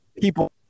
People